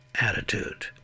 attitude